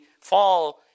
fall